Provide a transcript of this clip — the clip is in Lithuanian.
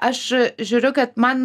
aš žiūriu kad man